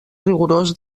rigorós